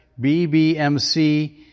BBMC